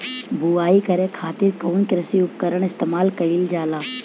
बुआई करे खातिर कउन कृषी उपकरण इस्तेमाल कईल जाला?